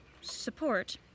support